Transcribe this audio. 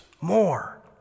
more